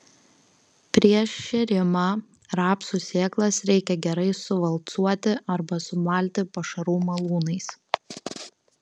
prieš šėrimą rapsų sėklas reikia gerai suvalcuoti arba sumalti pašarų malūnais